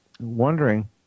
wondering